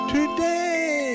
Today